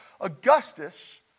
Augustus